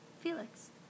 Felix